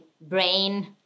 brain